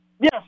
Yes